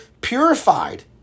purified